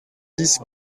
dix